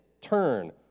turn